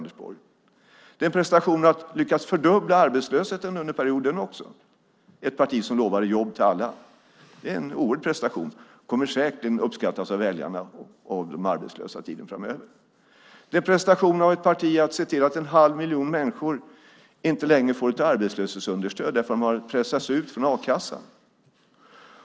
Det är en prestation att lyckas fördubbla arbetslösheten under perioden också, ett parti som lovade jobb till alla. Det är en oerhörd prestation. Den kommer säkerligen att uppskattas av väljarna och de arbetslösa framöver. Det är en prestation av ett parti att se till att en halv miljon människor inte längre får ett arbetslöshetsunderstöd därför att de har pressats ut från a-kassan.